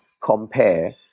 compare